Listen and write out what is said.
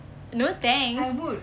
no thanks